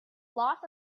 loss